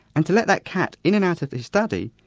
and to let that cat in and out of his study,